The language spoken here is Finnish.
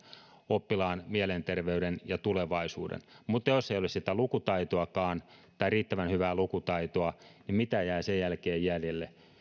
oppilaan mielenterveyden ja tulevaisuuden jos ei ole sitä lukutaitoakaan tai riittävän hyvää lukutaitoa niin mitä jää sen jälkeen jäljelle